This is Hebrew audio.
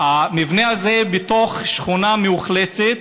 המבנה הזה בתוך שכונה מאוכלסת.